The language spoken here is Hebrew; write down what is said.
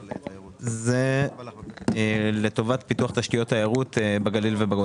זה לטובת פיתוח תשתיות תיירות בגליל ובגולן.